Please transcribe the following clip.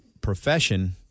profession